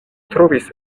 trovis